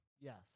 Yes